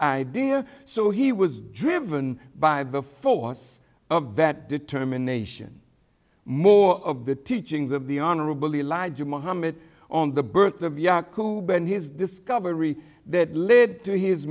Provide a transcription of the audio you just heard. idea so he was driven by the force of that determination more of the teachings of the honorable elijah mohammed on the birth of yacoob and his discovery that led to his